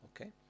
Okay